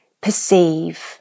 perceive